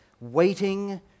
waiting